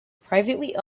privately